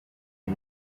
may